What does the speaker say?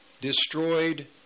destroyed